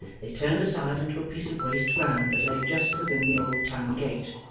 they turned aside into a piece of waste ground that lay just within the old town-gate,